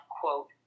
quote